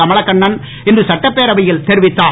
கமலக் கண்ணன் இன்று சட்டப்பேரவையில் தெரிவித்தார்